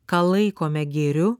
ką laikome gėriu